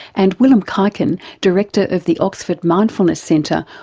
and willem kuyken, director of the oxford mindfulness centre,